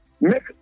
make